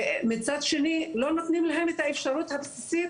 ומצד שני לא נותנים להם את האפשרות הבסיסית,